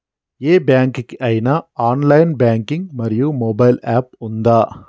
ఏ bank కి ఐనా online banking మరియు మొబైల్ యాప్ ఉందా?